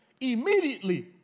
Immediately